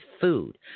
food